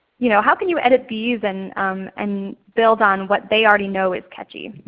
you know, how can you edit these and and build on what they already know is catchy?